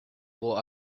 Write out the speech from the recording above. wore